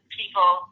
people